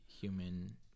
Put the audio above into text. human